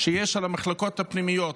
שיש על המחלקות הפנימיות,